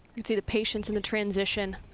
and see the patience in the transition,